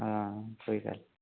हां कोई गल्ल नेईं